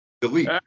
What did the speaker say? delete